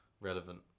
relevant